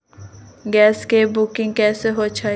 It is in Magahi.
गैस के बुकिंग कैसे होईछई?